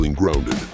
Grounded